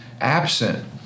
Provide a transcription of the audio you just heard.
absent